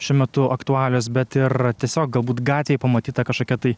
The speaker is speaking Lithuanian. šiuo metu aktualios bet ir tiesiog galbūt gatvėj pamatyta kažkokia tai